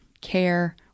care